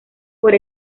por